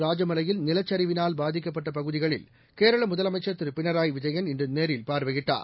ராஜமலையில் நிலச்சரிவினால் பாதிக்கப்பட்ட பகுதிகளில் கேரள முதலமைச்சர் திரு பினராயி விஜயன் இன்று நேரில் பார்வையிட்டார்